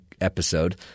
episode